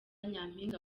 nyampinga